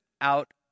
out